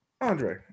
Andre